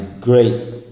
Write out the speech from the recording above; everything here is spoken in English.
great